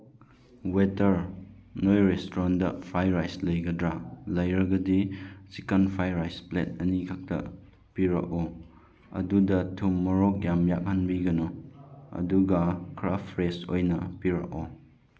waiter ꯅꯣꯏ ꯔꯦꯁꯇꯨꯔꯦꯟꯗ fry rice ꯂꯩꯒꯗ꯭ꯔꯥ ꯂꯩꯔꯒꯗꯤ ꯆꯤꯛꯀꯟ ꯐ꯭ꯔꯥꯏ ꯔꯥꯏꯁ ꯄ꯭ꯂꯦꯠ ꯑꯅꯤꯈꯛꯇ ꯄꯤꯔꯛꯑꯣ ꯑꯗꯨꯗ ꯊꯨꯝ ꯃꯣꯔꯣꯛ ꯌꯥꯛ ꯌꯥꯛꯍꯟꯕꯤꯒꯅꯣ ꯑꯗꯨꯒ ꯈꯔ ꯐ꯭ꯔꯦꯁ ꯑꯣꯏꯅ ꯄꯤꯔꯛꯑꯣ